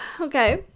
okay